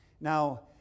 Now